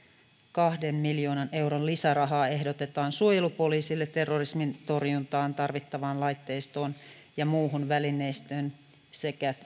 kahden miljoonan euron lisärahaa ehdotetaan suojelupoliisille terrorismin torjuntaan tarvittavaan laitteistoon ja muuhun välineistöön sekä